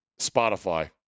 Spotify